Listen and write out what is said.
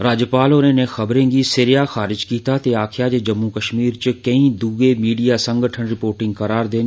राज्यपाल होरें इनें खबरें गी सिरेया खारज कीता ते आक्खेआ जे जम्मू कश्मीर च केईं दूए भीडिया संगठन रिपोर्टिंग करा'रदे न